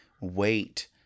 wait